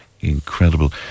incredible